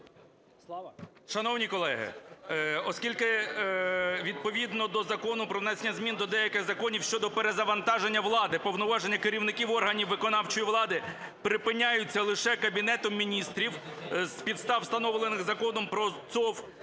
Шановні колеги! Оскільки відповідно до Закону про внесення змін до деяких законів щодо перезавантаження влади повноваження керівників органів виконавчої влади припиняються лише Кабінетом Міністрів з підстав, встановлених Законом про ЦОВВ.